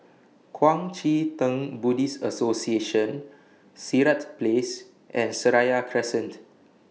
Kuang Chee Tng Buddhist Association Sirat Place and Seraya Crescent